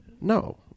No